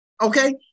Okay